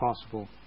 possible